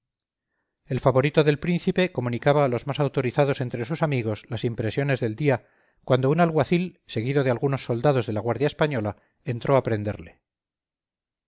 el favorito del príncipe comunicaba a los más autorizados entre sus amigos las impresiones del día cuando un alguacil seguido de algunos soldados de la guardia española entró a prenderle